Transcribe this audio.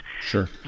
Sure